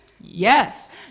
Yes